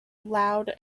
loud